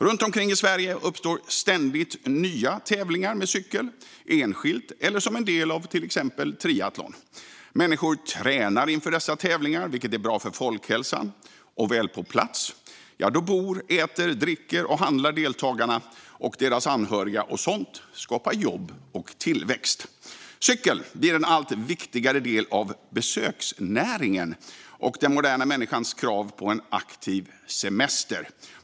Runt omkring i Sverige uppstår ständigt nya tävlingar med cykel - enskilt eller som en del av exempelvis triathlon. Människor tränar inför dessa tävlingar, vilket är bra för folkhälsan, och väl på plats bor, äter, dricker och handlar deltagarna och deras anhöriga. Sådant skapar jobb och tillväxt. Cykeln blir en allt viktigare del av besöksnäringen och den moderna människans krav på en aktiv semester.